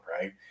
right